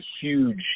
huge